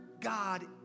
God